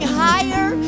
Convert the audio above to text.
higher